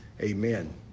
Amen